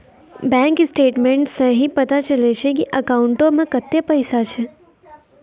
bank statements सं ही पता चलै छै की अकाउंटो मे कतै पैसा छै